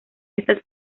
estas